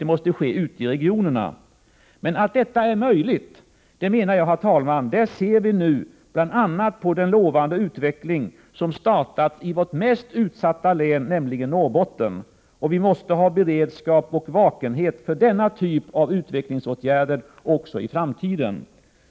Det måste ske ute i regionerna. Men att detta är möjligt ser vi nu, herr talman, bl.a. på den lovande utveckling som startat i vårt mest utsatta län, nämligen Norrbotten. Vi måste ha beredskap och vakenhet för denna typ av utvecklingsåtgärder också i framtiden.